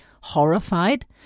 horrified